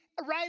right